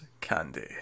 candy